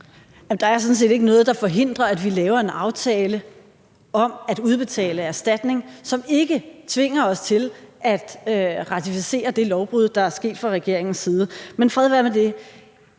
Der er sådan set ikke noget, der forhindrer, at vi laver en aftale om at udbetale erstatning, som ikke tvinger os til at ratificere det lovbrud, der er sket fra regeringens side. Men fred være med det.